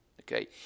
okay